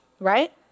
right